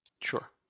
Sure